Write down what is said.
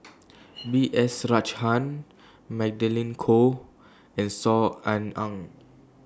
B S Rajhans Magdalene Khoo and Saw Ean Ang